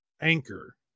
anchor